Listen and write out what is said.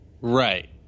Right